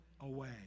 away